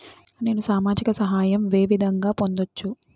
నేను సామాజిక సహాయం వే విధంగా పొందొచ్చు?